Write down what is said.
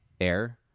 air